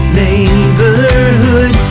neighborhood